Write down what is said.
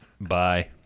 Bye